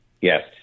Yes